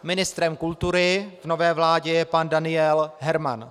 Ministrem kultury v nové vládě je pan Daniel Herman.